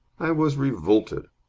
i was revolted.